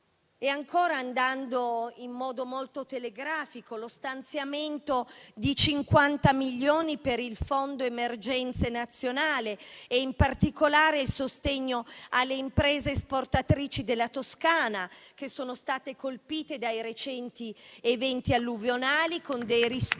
E ancora, andando in modo molto telegrafico, c'è lo stanziamento di 50 milioni per il fondo emergenza nazionale e in particolare il sostegno alle imprese esportatrici della Toscana che sono state colpite dai recenti eventi alluvionali,